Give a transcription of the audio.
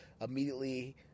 immediately